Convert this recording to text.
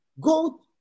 go